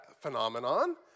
phenomenon